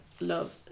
love